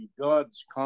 God's